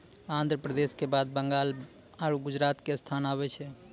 आन्ध्र प्रदेश के बाद बंगाल आरु गुजरात के स्थान आबै छै